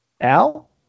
Al